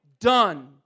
done